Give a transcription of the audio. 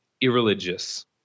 irreligious